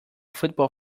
football